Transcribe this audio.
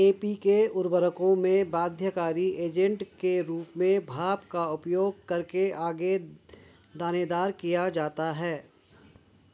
NPK उर्वरकों में बाध्यकारी एजेंट के रूप में भाप का उपयोग करके आगे दानेदार किया जाता है